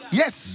yes